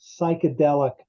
psychedelic